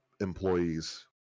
employees